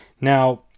Now